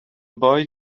boy